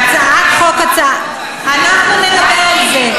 אנחנו נדבר על זה.